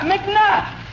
McNutt